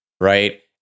right